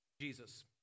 Jesus